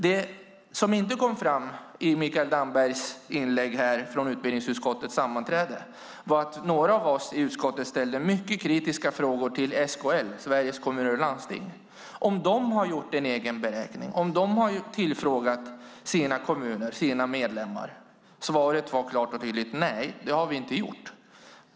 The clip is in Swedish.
Det som inte kom fram i Mikael Dambergs inlägg var att några av oss i utskottet ställde mycket kritiska frågor till SKL, Sveriges Kommuner och Landsting, under utbildningsutskottets sammanträde om huruvida de gjort en egen beräkning och tillfrågat sina kommuner, sina medlemmar. Svaret var klart och tydligt: Nej, det har vi inte gjort.